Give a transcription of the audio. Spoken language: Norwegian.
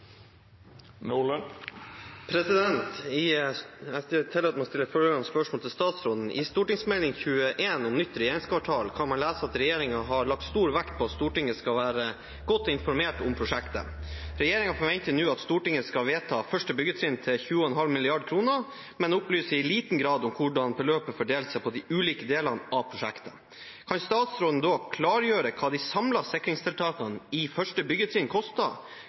statsråden: «I Meld. St. 21 om nytt regjeringskvartal kan man lese at regjeringen har lagt stor vekt på at Stortinget skal være godt informert om prosjektet. Regjeringen forventer nå at Stortinget skal vedta 1. byggetrinn til 20,5 mrd. kroner, men opplyser i liten grad om hvordan beløpet fordeler seg på de ulike delene av prosjektet. Kan statsråden klargjøre hva de samlede sikringstiltakene i 1. byggetrinn koster,